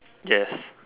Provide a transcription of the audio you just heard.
yes